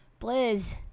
Blizz